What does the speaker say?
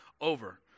over